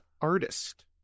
artist